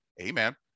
Amen